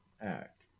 act